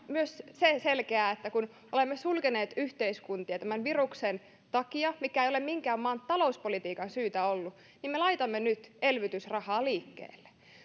myös se että koska olemme sulkeneet yhteiskuntia tämän viruksen takia mikä ei ole minkään maan talouspolitiikan syytä ollut niin me laitamme nyt elvytysrahaa liikkeelle